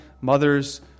mothers